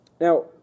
Now